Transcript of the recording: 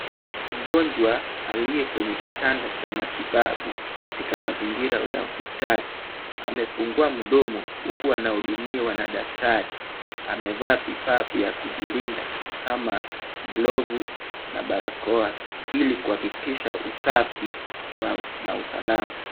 Mgonjwa aliye kwenye kitanda cha matibabu katika mazingira ya hospitali yamefungua mdomo huku wanahudumiwa na madaktari. Wamevaa vifaa vya kujilinda kama glovu na barakoa ili kuhakikisha usafi na usalama.